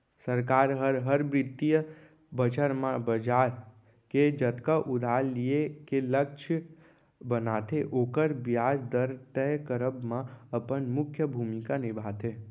सरकार हर, हर बित्तीय बछर म बजार ले जतका उधार लिये के लक्छ बनाथे ओकर बियाज दर तय करब म अपन मुख्य भूमिका निभाथे